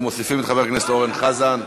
אנחנו מוסיפים את חבר הכנסת אורן חזן,